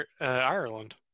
ireland